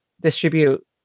distribute